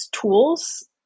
tools